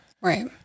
Right